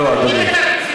לא, אדוני.